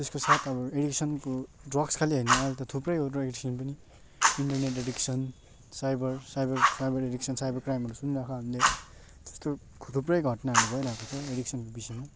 त्यसको साथ अब एडिक्सनको ड्रग्स खालि होइन अहिले त थुप्रै अरू एडिक्सन पनि internet addiction cyber cyber cyber addiction cyber क्राइमहरू सुनिरहेको हामीले त्यस्तो थुप्रै घटनाहरू भइरहेको छ एडिक्सनको विषयमा